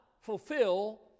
fulfill